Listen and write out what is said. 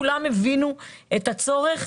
כולם הבינו את הצורך,